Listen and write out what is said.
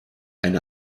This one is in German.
eine